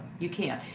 you can't.